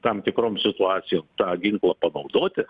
tam tikrom situacijom tą ginklą panaudoti